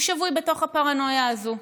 הוא שבוי בתוך הפרנויה הזאת.